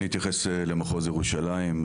אני אתייחס למחוז ירושלים,